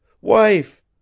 Wife